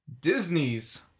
Disney's